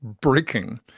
breaking